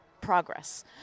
progress